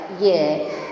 year